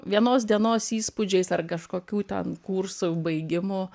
vienos dienos įspūdžiais ar kažkokių ten kursų baigimu